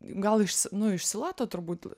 gal nu iš silato turbūt